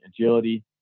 agility